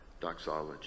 doxology